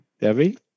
Debbie